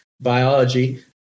biology